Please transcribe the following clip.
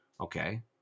Okay